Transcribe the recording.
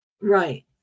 Right